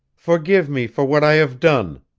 forgive me for what i have done,